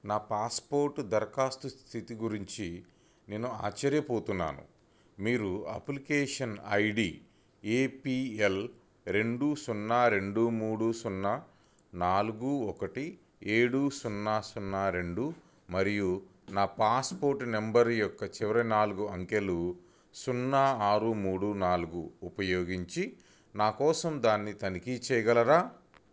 నా పాస్పోర్ట్ దరఖాస్తు స్థితి గురించి నేను ఆశ్చర్యపోతున్నాను మీరు application I D A P L రెండు సున్నా రెండు మూడు సున్నా నాలుగు ఒకటి ఏడు సున్నా సున్నా రెండు మరియు నా పాస్పోర్ట్ నెంబర్ యొక్క చివరి నాలుగు అంకెలు సున్నా ఆరు మూడు నాలుగు ఉపయోగించి నా కోసం దానిని తనిఖీ చేయగలరా